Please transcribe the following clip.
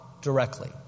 directly